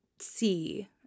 see